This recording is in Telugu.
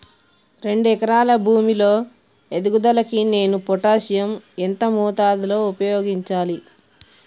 రెండు ఎకరాల భూమి లో ఎదుగుదలకి నేను పొటాషియం ఎంత మోతాదు లో ఉపయోగించాలి?